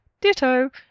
Ditto